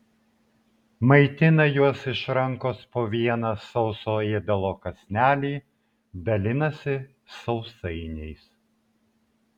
maitina juos iš rankos po vieną sauso ėdalo kąsnelį dalinasi sausainiais